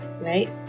right